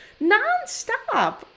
nonstop